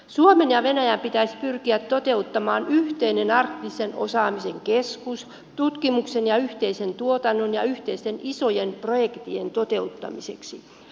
suomen ja venäjän pitäisi pyrkiä toteuttamaan yhteinen arktisen osaamisen keskus tutkimuksen ja yhteisen tuotannon ja yhteisten isojen projektien toteuttamiseksi